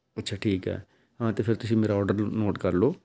ਅੱਛਾ ਠੀਕ ਹੈ ਹਾਂ ਤਾਂ ਫਿਰ ਤੁਸੀਂ ਮੇਰਾ ਔਡਰ ਨੋਟ ਕਰ ਲਉ